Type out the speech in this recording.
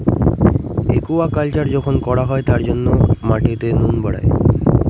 aquaculture যখন করা হয় তার জন্য মাটিতে নুন বাড়ায়